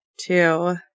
two